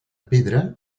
pedra